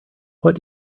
what